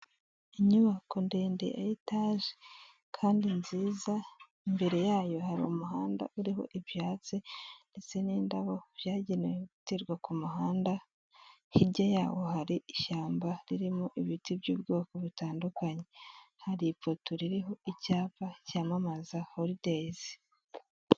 Inyubako ndende ya etaje kandi nziza imbere yayo hari umuhanda uriho ibyatsi ndetse n'indabo byagenewe guterwa kumuhanda, hirya yayo hari ishyamba ririmo ibiti bitandukanye. Hari ipoto ririho icyapa cyamamaza holidays.